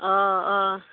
अ अ